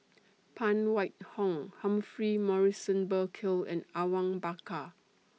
Phan Wait Hong Humphrey Morrison Burkill and Awang Bakar